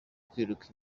kwiruka